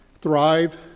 thrive